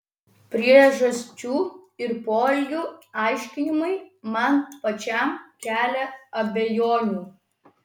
priežasčių ir poelgių aiškinimai man pačiam kelia abejonių